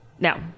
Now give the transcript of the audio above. Now